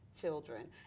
children